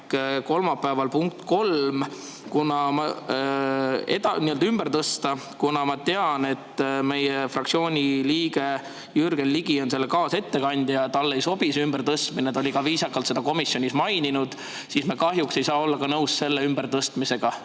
kolmapäeval punkt nr 3 ümber tõsta. Kuna ma tean, et meie fraktsiooni liige Jürgen Ligi on selle kaasettekandja ja talle ei sobi see ümbertõstmine – ta oli seda viisakalt ka komisjonis maininud –, siis me kahjuks ei saa olla selle ümbertõstmisega